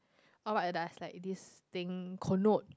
oh what does like this thing connote